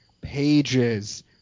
pages